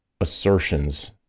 assertions